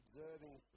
Observing